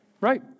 Right